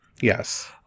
Yes